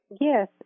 Yes